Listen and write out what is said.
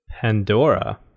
pandora